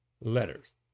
letters